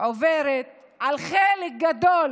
עוברת על חלק גדול